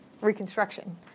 reconstruction